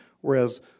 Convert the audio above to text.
whereas